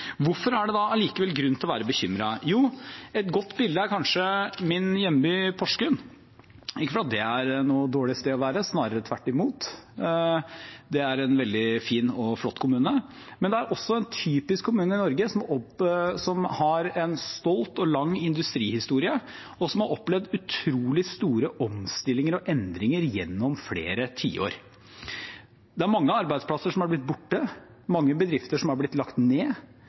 Hvorfor er det da allikevel grunn til å være bekymret? Jo, et godt bilde er kanskje min hjemby, Porsgrunn – ikke fordi det er noe dårlig sted å være, snarere tvert imot. Det er en veldig fin og flott kommune, men det er også en typisk kommune i Norge, som har en stolt og lang industrihistorie, og som har opplevd utrolig store omstillinger og endringer gjennom flere tiår. Det er mange arbeidsplasser som har blitt borte, mange bedrifter som har blitt lagt ned,